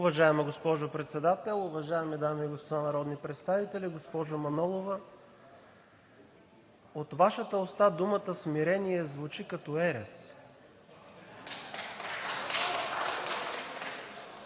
Уважаема госпожо Председател, уважаеми дами и господа народни представители! Госпожо Манолова, от Вашата уста думата „смирение“ звучи като ерес.